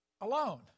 alone